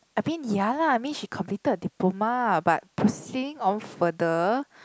I mean ya lah I mean she completed her diploma ah but proceeding on further